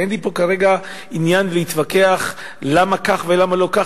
הרי אין לי פה כרגע עניין להתווכח למה כך ולמה לא כך,